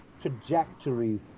trajectory